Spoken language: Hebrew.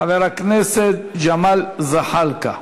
חבר הכנסת ג'מאל זחאלקה.